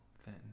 thin